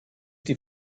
die